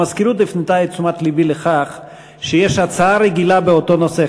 המזכירות הפנתה את תשומת לבי לכך שיש הצעה רגילה באותו נושא.